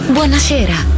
Buonasera